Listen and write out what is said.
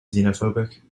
xenophobic